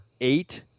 eight